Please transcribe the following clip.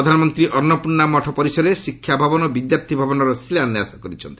ପ୍ରଧାନମନ୍ତ୍ରୀ ଅନ୍ନପୂର୍ଣ୍ଣା ମଠ ପରିସରରେ ଶିକ୍ଷା ଭବନ ଓ ବିଦ୍ୟାର୍ଥୀ ଭବନର ଶିଳାନ୍ୟାସ କରିଛନ୍ତି